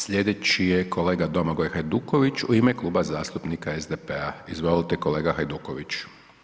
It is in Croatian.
Slijedeći je kolega Domagoj Hajduković u ime Kluba zastupnika SDP-a, izvolite kolega Hajduković.